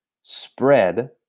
spread